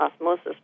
osmosis